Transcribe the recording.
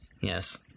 Yes